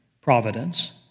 providence